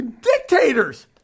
dictators